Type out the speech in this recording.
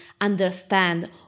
understand